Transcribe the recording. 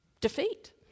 defeat